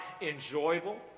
enjoyable